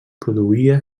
produïa